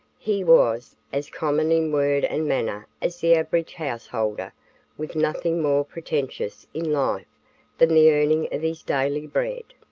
he was as common in word and manner as the average householder with nothing more pretentious in life than the earning of his daily bread.